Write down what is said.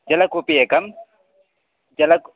जलकूपः अपि एकं जलम्